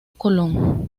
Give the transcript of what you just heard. colón